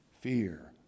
fear